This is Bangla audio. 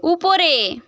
উপরে